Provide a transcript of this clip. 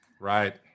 Right